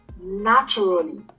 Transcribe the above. naturally